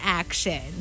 action